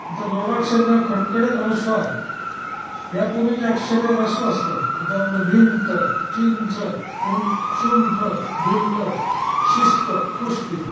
आता जोडाक्षर किंवा खणखणित अनुस्वार या पूर्वीची अक्षरे ऱ्हस्व असतात उदाहरणार्थ भिंत चिंच उं सुंठ भिल्ल शिस्त कुस्ती